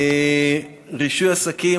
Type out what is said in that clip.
רישוי עסקים,